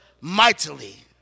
mightily